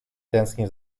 tęsknił